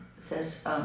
says